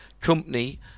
Company